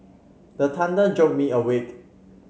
the thunder jolt me awake